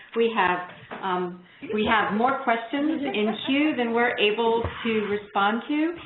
we have um we have more questions in queue than we're able to respond to.